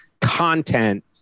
content